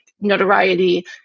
notoriety